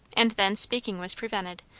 and then speaking was prevented,